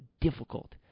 difficult